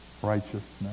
Righteousness